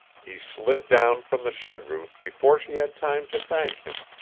he slid down from the shed-roof before she had time to thank him,